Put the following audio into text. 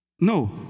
No